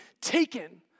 taken